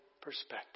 perspective